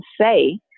say